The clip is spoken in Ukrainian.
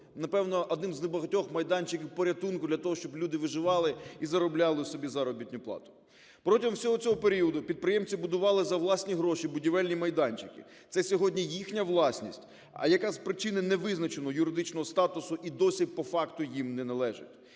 напевно, одним з небагатьох майданчиків порятунку для того, щоб люди виживали і заробляли собі заробітну плату. Протягом всього цього періоду підприємці будували за власні гроші будівельні майданчики – це сьогодні їхня власність. А якраз з причини невизначеного юридичного статусу і досі по факту їм не належить,